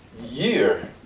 year